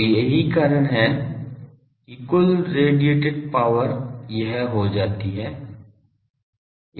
तो यही कारण है कि कुल रेडिएटेड पावर यह हो जाती है